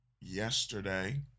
yesterday